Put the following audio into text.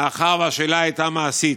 מאחר שהשאלה הייתה מעשית.